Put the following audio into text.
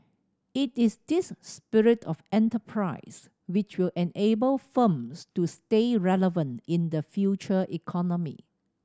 it is this spirit of enterprise which will enable firms to stay relevant in the future economy